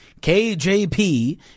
KJP